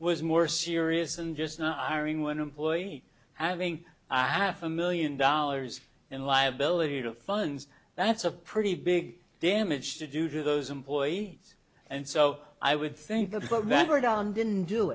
was more serious than just now irene one employee having i half a million dollars in liability to funds that's a pretty big damage to do to those employees and so i would think about that word on didn't do